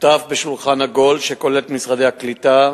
שותף בשולחן עגול שכולל את משרדי הקליטה,